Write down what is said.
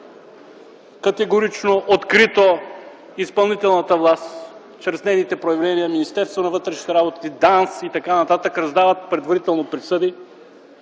категорично, открито изпълнителната власт чрез нейните проявления - Министерството на вътрешните работи, ДАНС и т.н., раздават предварително присъди